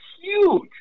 huge